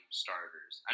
starters